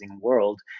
world